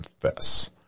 confess